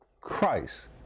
Christ